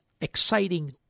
exciting